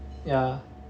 ya